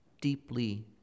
deeply